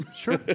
Sure